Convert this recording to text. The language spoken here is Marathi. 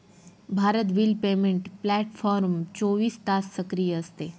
भारत बिल पेमेंट प्लॅटफॉर्म चोवीस तास सक्रिय असते